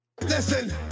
Listen